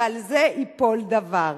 ועל זה ייפול דבר.